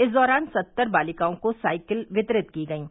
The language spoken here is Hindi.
इस दौरान सत्तर बालिकाओं को साइकिल वितरित की गयीं